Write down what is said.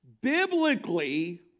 biblically